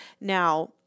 Now